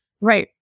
right